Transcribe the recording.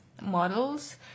models